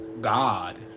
God